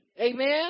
Amen